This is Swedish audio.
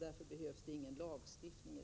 Därför behövs ingen lagstiftning.